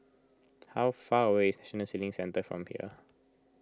how far away is National Sailing Centre from here